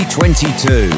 2022